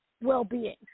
well-being